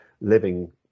living